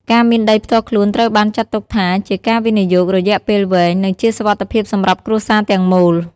ការមានដីផ្ទាល់ខ្លួនត្រូវបានចាត់ទុកថា ជាការវិនិយោគរយៈពេលវែង និងជាសុវត្ថិភាពសម្រាប់គ្រួសារទាំងមូល។